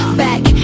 back